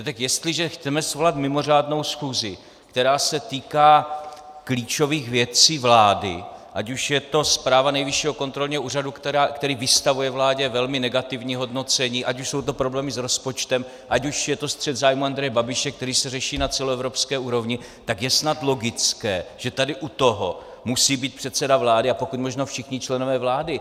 No tak jestliže chceme svolat mimořádnou schůzi, která se týká klíčových věcí vlády, ať už je to zpráva Nejvyššího kontrolního úřadu, který vystavuje vládě velmi negativní hodnocení, ať už jsou to problémy s rozpočtem, ať už je to střet zájmů Andreje Babiše, který se řeší na celoevropské úrovni, tak je snad logické, že tady u toho musí být předseda vlády a pokud možno všichni členové vlády.